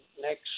next